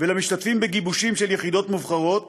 ולמשתתפים בגיבושים של יחידות מובחרות